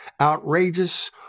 outrageous